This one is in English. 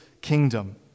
kingdom